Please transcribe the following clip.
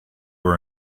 are